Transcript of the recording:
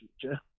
future